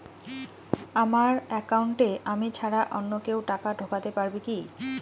আমার একাউন্টে আমি ছাড়া অন্য কেউ টাকা ঢোকাতে পারবে কি?